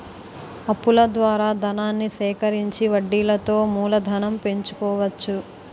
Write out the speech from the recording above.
అప్పుల ద్వారా ధనాన్ని సేకరించి వడ్డీలతో మూలధనం పెంచుకోవచ్చు